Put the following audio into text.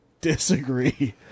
disagree